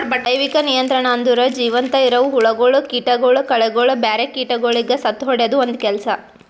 ಜೈವಿಕ ನಿಯಂತ್ರಣ ಅಂದುರ್ ಜೀವಂತ ಇರವು ಹುಳಗೊಳ್, ಕೀಟಗೊಳ್, ಕಳೆಗೊಳ್, ಬ್ಯಾರೆ ಕೀಟಗೊಳಿಗ್ ಸತ್ತುಹೊಡೆದು ಒಂದ್ ಕೆಲಸ